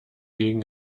gegen